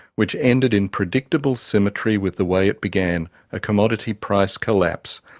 which ended in predictable symmetry with the way it began a commodity price collapse.